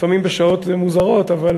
לפעמים בשעות מוזרות, אבל